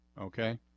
okay